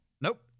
Nope